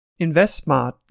InvestSmart